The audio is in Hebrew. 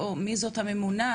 מי זאת הממונה?